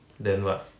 then what